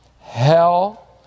hell